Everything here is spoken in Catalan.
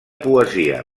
poesia